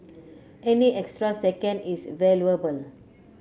any extra second is valuable